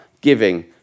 giving